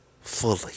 fully